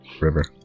river